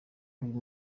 uyu